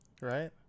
right